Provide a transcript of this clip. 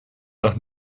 noch